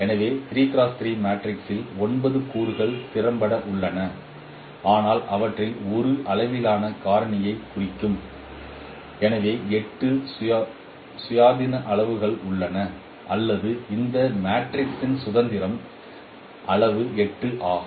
எனவே மேட்ரிக்ஸில் 9 கூறுகள் திறம்பட உள்ளன ஆனால் அவற்றில் ஒன்று அளவிலான காரணியைக் குறிக்கும் எனவே 8 சுயாதீன அளவுருக்கள் உள்ளன அல்லது இந்த மேட்ரிக்ஸின் சுதந்திரத்தின் அளவு 8 ஆகும்